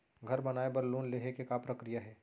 घर बनाये बर लोन लेहे के का प्रक्रिया हे?